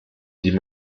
die